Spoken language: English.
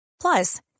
Plus